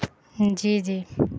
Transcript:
جی جی